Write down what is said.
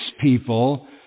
people